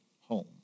home